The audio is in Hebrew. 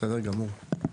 בסדר גמור.